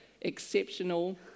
exceptional